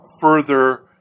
further